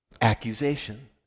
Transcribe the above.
accusation